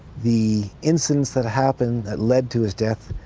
the incidents that happened that lead to his death,